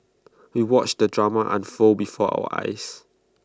we watched the drama unfold before our eyes